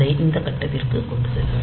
அதை இந்த கட்டத்திற்கு கொண்டு செல்லும்